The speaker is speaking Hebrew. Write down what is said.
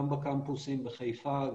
גם בקמפוסים בחיפה,